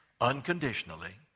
unconditionally